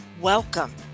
Welcome